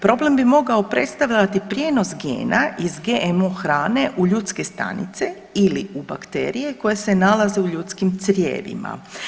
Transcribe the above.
Problem bi mogao predstavljati prijenos gena iz GMO hrane u ljudske stanice ili u bakterije koje se nalaze u ljudskim crijevima.